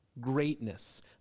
greatness